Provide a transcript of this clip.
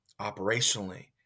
operationally